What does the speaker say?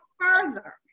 further